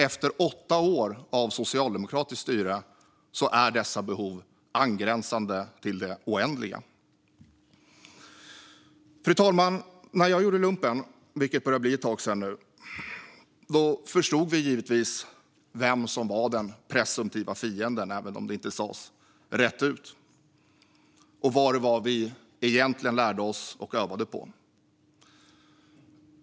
Efter åtta år av socialdemokratiskt styre är dessa behov angränsande till det oändliga. Fru talman! När jag gjorde lumpen, vilket börjar bli ett tag sedan nu, förstod vi givetvis vem som var den presumtiva fienden, även om det inte sades rätt ut, och vad det egentligen var som vi lärde oss och övade på.